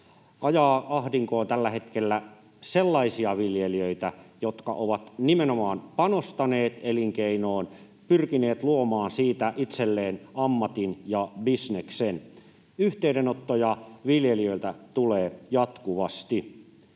ajavat ahdinkoon tällä hetkellä sellaisia viljelijöitä, jotka ovat nimenomaan panostaneet elinkeinoon, pyrkineet luomaan siitä itselleen ammatin ja bisneksen. Yhteydenottoja viljelijöiltä tulee jatkuvasti.